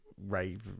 rave